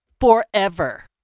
forever